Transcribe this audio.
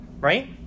right